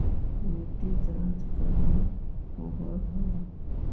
मिट्टी जाँच कहाँ होव है?